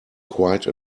quite